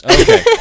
Okay